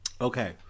Okay